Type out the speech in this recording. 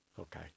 Okay